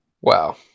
Wow